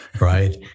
right